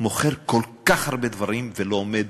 מוכר כל כך הרבה דברים ולא עומד